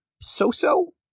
so-so